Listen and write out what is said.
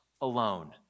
alone